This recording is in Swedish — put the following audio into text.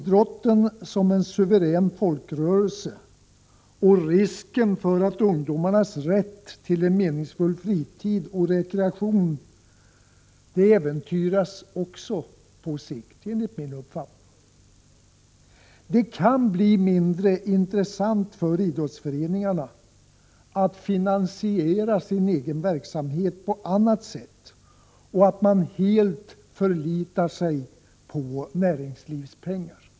Idrotten som en suverän folkrörelse och ungdomarnas rätt till en meningsfull fritid och rekreation äventyras också på sikt enligt min uppfattning. Det kan bli mindre intressant för idrottsföreningarna att finansiera sin egen verksamhet på annat sätt och att man helt förlitar sig på pengar från näringslivet.